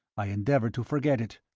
i endeavoured to forget it.